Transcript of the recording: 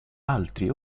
altri